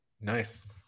nice